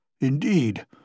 Indeed